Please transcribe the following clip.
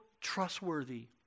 trustworthy